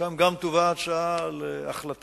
ושם גם תובא הצעה להחלטה,